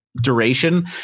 duration